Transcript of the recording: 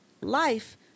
Life